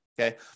okay